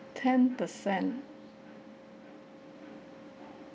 ten percent